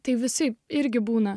tai visi irgi būna